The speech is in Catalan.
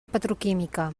petroquímica